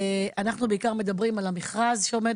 אנחנו בעיקר מדברים על המכרז שעומד